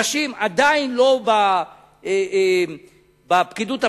נשים עדיין לא בפקידות הבכירה,